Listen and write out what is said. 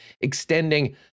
extending